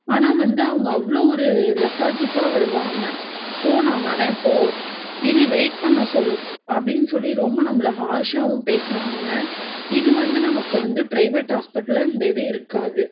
ஆனால் வந்து அவங்க அவ்வளோ ஒரு லெத்தாஜிக்காக வருவாங்க போ நான் வரேன் போ இரு வெயிட் பண்ண சொல் அப்படின்னு சொல்லி ரொம்ப நம்மளை ஹார்ஷாகவும் பேசுவாங்க இது வந்து நமக்கு வந்து பிரைவேட் ஹாஸ்பிட்டலில் இந்த இதே இருக்காது